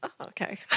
Okay